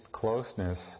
closeness